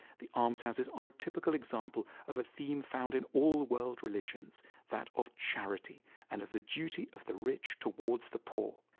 the almshouses are typical example of a theme found in all world religions that of charity and of the duty of the rich towards the poor.